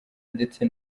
ndetse